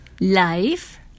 Life